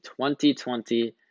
2020